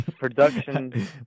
production